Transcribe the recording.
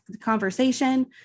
conversation